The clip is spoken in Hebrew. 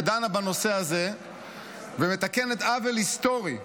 שדנה בנושא הזה ומתקנת עוול היסטורי,